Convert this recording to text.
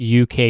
UK